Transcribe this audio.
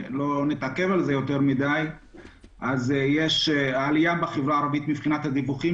יש עליה בחברה הערבית מבחינת דיווחים,